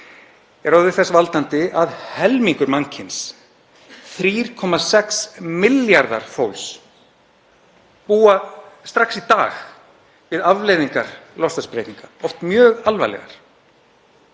orðið þess valdandi að helmingur mannkyns, 3,6 milljarðar fólks, búa nú þegar við afleiðingar loftslagsbreytinga, oft mjög alvarlegar.